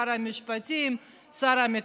שר המשפטים והשר המקשר.